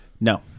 No